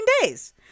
days